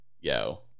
yo